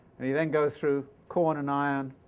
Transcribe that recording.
and he then goes through corn and iron